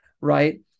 Right